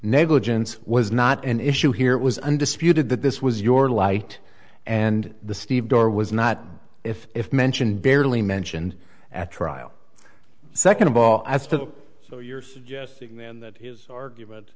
negligence was not an issue here it was undisputed that this was your light and the steve door was not if if mentioned barely mentioned at trial second of all as for the so you're suggesting then that his argument